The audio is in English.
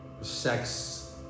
sex